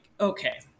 okay